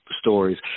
stories